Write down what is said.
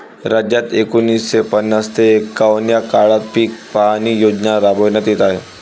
राज्यात एकोणीसशे पन्नास ते एकवन्न या काळात पीक पाहणी योजना राबविण्यात येत आहे